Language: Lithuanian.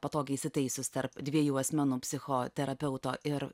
patogiai įsitaisius tarp dviejų asmenų psichoterapeuto ir